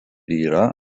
yra